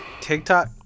TikTok